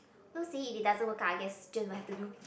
so see if it doesn't work out I guess still will have to do